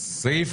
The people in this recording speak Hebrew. סעיף